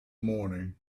morning